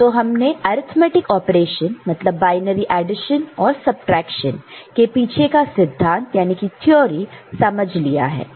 तो हमने arithmetic operation मतलब बायनरी एडिशन और सबट्रैक्शन के पीछे का सिद्धांत थ्योरी समझ लिया है